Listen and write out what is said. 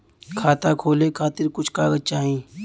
खाता खोले के खातिर कुछ कागज चाही?